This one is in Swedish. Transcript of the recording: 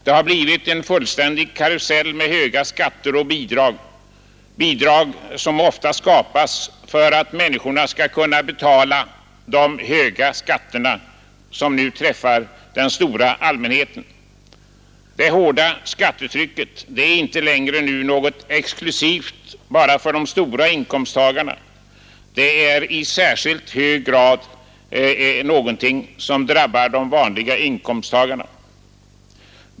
Det har blivit en fullständig karusell med höga skatter och bidrag — bidrag som ofta skapas för att människorna skall kunna betala de höga skatterna, som nu träffar den stora allmänheten. Det hårda skattetrycket är icke längre något exklusivt för de stora inkomsttagarna. Det är något som i särskilt hög grad drabbar de vanliga inkomsttagarna.